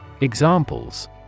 Examples